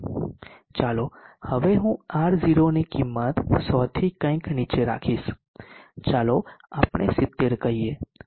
ચાલો હવે હું R0 ની કિંમત 100 થી કંઇક નીચે રાખીશ ચાલો આપણે 70 કહીએ